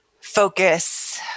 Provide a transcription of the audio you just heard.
focus